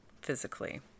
physically